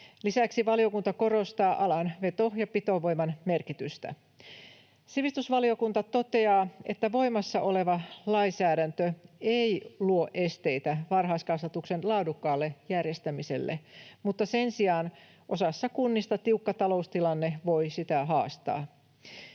Lisäksi valiokunta korostaa alan veto- ja pitovoiman merkitystä. Sivistysvaliokunta toteaa, että voimassa oleva lainsäädäntö ei luo esteitä varhaiskasvatuksen laadukkaalle järjestämiselle, mutta sen sijaan osassa kunnista tiukka taloustilanne voi sitä haastaa.